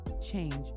change